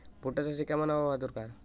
ভুট্টা চাষে কেমন আবহাওয়া দরকার?